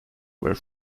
were